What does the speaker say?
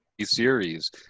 series